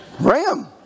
Ram